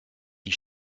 die